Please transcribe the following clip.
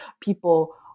people